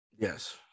Yes